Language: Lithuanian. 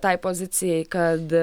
tai pozicijai kad